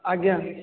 ଆଜ୍ଞା